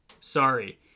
Sorry